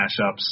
mashups